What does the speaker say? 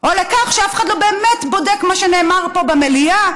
או לכך שאף אחד לא באמת בודק מה שנאמר פה במליאה?